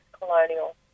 colonial